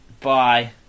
Bye